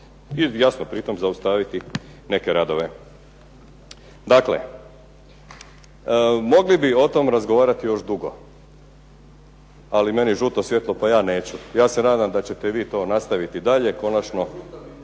jasno pritom zaustaviti neke radove. Dakle, mogli bi o tom razgovarati još dugo, ali meni je žuto svjetlo pa ja neću. Ja se nadam da ćete vi to nastaviti dalje. Konačno